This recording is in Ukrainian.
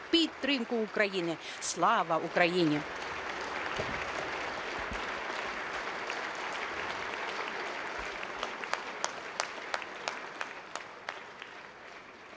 підтримку України. Слава Україні!